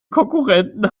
konkurrenten